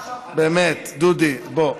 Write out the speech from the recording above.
באמת, דודי, בוא,